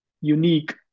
unique